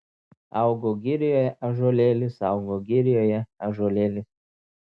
augo girioje ąžuolėlis augo girioje ąžuolėlis